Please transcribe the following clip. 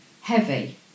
Heavy